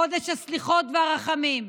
חודש הסליחות והרחמים.